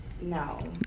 No